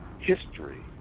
history